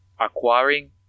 acquiring